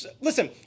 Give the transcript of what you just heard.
Listen